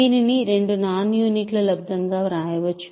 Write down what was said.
దీనిని రెండు నాన్ యూనిట్ల లబ్దం గా వ్రాయవచ్చు